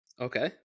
Okay